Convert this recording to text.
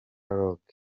rock